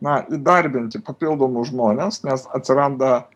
na įdarbinti papildomus žmones nes atsiranda